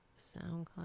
SoundCloud